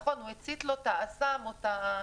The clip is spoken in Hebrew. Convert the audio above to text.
נכון, הוא הצית לו את האסם או את הרכב,